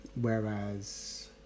whereas